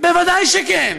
ודאי שכן,